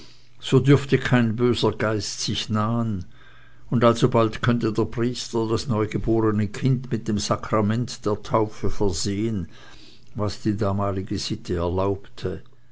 so dürfte kein böser geist sich nahen und alsobald könnte der priester das neugeborne kind mit dem sakramente der taufe versehen was die damalige sitte erlaubte